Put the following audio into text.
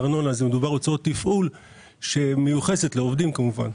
ארנונה - שמיוחסת לעובדים כמובן.